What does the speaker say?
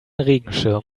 regenschirm